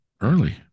early